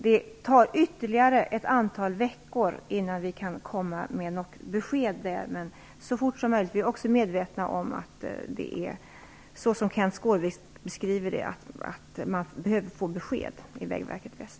Det tar ytterligare ett antal veckor innan vi kan komma med något besked, men vi skall göra det så fort som möjligt. Vi är också medvetna om att det är så som Kenth Skårvik beskriver det: man behöver få besked i Vägverket Väst.